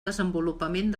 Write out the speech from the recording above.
desenvolupament